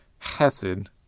chesed